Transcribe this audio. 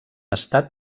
estat